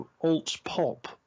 alt-pop